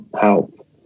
help